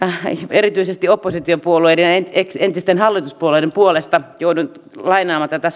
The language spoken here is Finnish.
erityisesti oppositiopuolueiden ja entisten hallituspuolueiden puolesta joudun lainaamaan hieman tätä